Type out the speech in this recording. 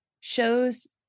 shows